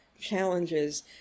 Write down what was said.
challenges